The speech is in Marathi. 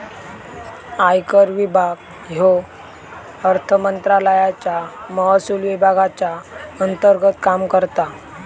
आयकर विभाग ह्यो अर्थमंत्रालयाच्या महसुल विभागाच्या अंतर्गत काम करता